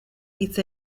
hitz